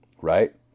right